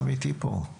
לסולם אין כביש גישה,